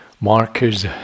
markers